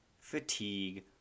fatigue